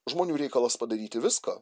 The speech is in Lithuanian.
žmonių reikalas padaryti viską